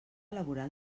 laboral